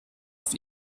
auf